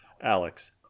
Alex